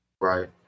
right